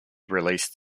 released